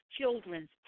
children's